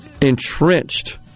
entrenched